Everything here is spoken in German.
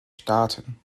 staaten